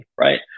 right